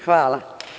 Hvala.